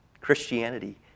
Christianity